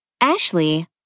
Ashley